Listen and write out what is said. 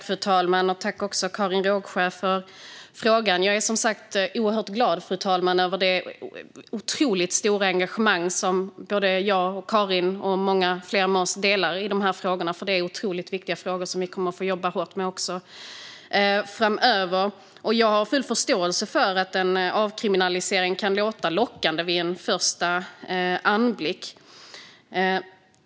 Fru talman! Tack, Karin Rågsjö, för frågan! Jag är som sagt oerhört glad över det otroligt stora engagemang som jag, Karin och många med oss delar i de här frågorna, för det är otroligt viktiga frågor som vi kommer att få jobba hårt med framöver. Jag har full förståelse för att en avkriminalisering inledningsvis kan låta lockande.